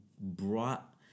brought